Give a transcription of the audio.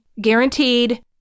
guaranteed